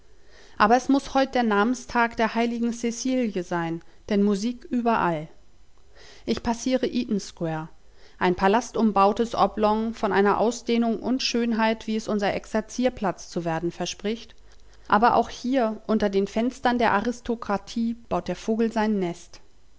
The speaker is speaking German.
aber es muß heut der namenstag der heiligen cäcilie sein denn musik überall ich passiere eaton square ein palast umbautes oblong von einer ausdehnung und schönheit wie es unser exerzierplatz zu werden verspricht aber auch hier unter den fenstern der aristokratie baut der vogel sein nest